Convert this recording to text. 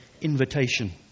invitation